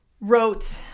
wrote